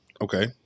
Okay